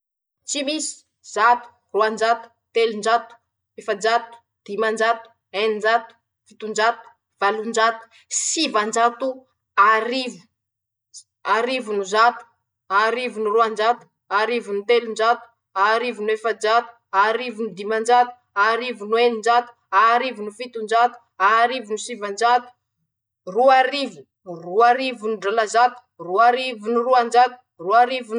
Tsy misy, zato, roanjato, telonjato, efajato, dimanjato, eninjato, fitonjato, valonjato, sivanjato, arivo, s arivo no zato, arivo no roanjato, arivo no telonjato, arivo no efajato, arivo no dimanjato, arivo no eninjato, arivo no fitonjato, arivo no sivanjato, roa arivo, roa arivo no drala zato, roa arivo no roanjato, roa.